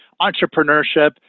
entrepreneurship